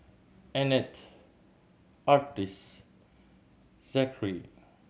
Annette Artis Zachery